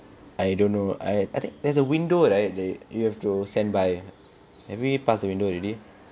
I don't know I I think there's a window right that you have to send by have we pass the window already